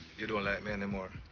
you don't like me anymore?